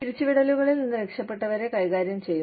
പിരിച്ചുവിടലുകളിൽ നിന്ന് രക്ഷപ്പെട്ടവരെ കൈകാര്യം ചെയ്യുന്നു